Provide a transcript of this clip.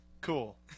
Cool